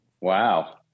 Wow